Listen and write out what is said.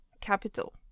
capital